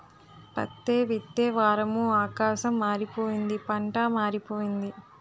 పత్తే విత్తే వారము ఆకాశం మారిపోయింది పంటా మారిపోయింది